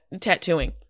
tattooing